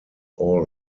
all